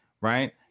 Right